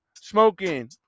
smoking